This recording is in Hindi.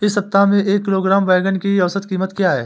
इस सप्ताह में एक किलोग्राम बैंगन की औसत क़ीमत क्या है?